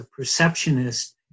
perceptionist